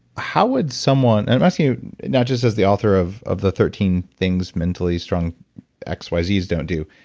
how would someone, and i'm asking you not just as the author of of the thirteen things mentally strong x, y, zs don't do.